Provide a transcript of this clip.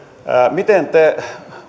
miten te